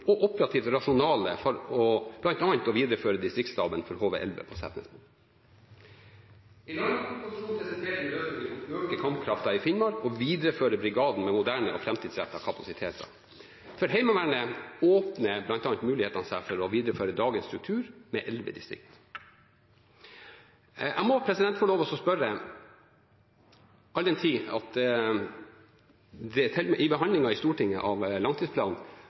og operativt rasjonale for bl.a. å videreføre distriktsstaben for HV-11 på Setnesmoen. I landmaktproposisjonen presenterte vi løsninger som øker kampkraften i Finnmark og viderefører brigaden med moderne og framtidsrettede kapasiteter. For Heimevernet åpner bl.a. mulighetene seg for å videreføre dagens struktur med 11 distrikter. Jeg må få lov å spørre, all den tid det ved behandlingen i Stortinget av langtidsplanen